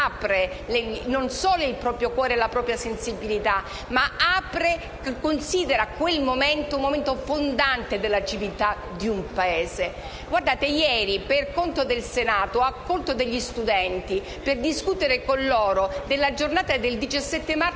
non solo il nostro cuore e la nostra sensibilità ma ci fa considerare quello come un momento fondante della civiltà di un Paese. Ieri, per conto del Senato, ho accolto alcuni studenti per discutere con loro della Giornata del 17 marzo